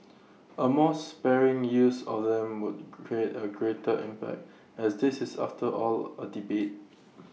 A more sparing use of them would create A greater impact as this is after all A debate